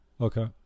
Okay